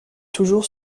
toujours